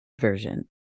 version